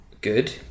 good